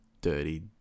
dirty